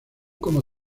como